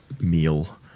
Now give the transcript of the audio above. meal